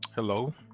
Hello